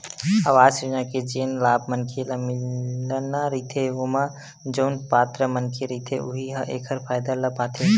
अवास योजना के जेन लाभ मनखे ल मिलना रहिथे ओमा जउन पात्र मनखे रहिथे उहीं ह एखर फायदा ल पाथे